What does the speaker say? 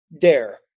Dare